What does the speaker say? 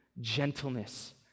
gentleness